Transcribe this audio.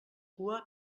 cua